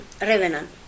Revenant